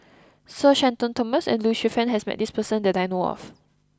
Sir Shenton Thomas and Lee Shu Fen has met this person that I know of